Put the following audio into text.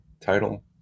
title